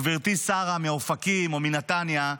גברתי שרה מאופקים או מנתניה,